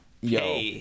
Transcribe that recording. Yo